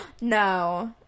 No